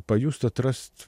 pajust atrast